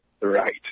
right